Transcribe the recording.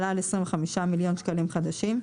עלה על 25 מיליון שקלים חדשים,